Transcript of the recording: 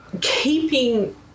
keeping